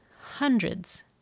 hundreds